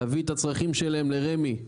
להביא את הצרכים שלהם לרמ"י,